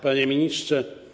Panie Ministrze!